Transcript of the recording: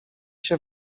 się